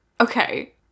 Okay